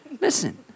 listen